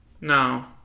No